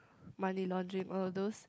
money laundering or those